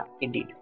indeed